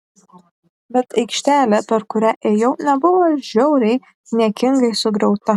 bet aikštelė per kurią ėjau nebuvo žiauriai niekingai sugriauta